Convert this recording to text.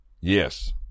Yes